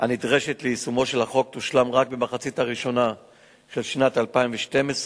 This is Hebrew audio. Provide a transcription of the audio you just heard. הנדרשת ליישומו של החוק תושלם רק במחצית הראשונה של שנת 2012,